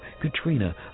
Katrina